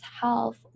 health